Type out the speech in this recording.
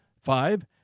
Five